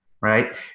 right